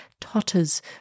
totters